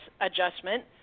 adjustment